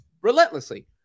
relentlessly